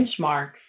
benchmarks